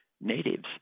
natives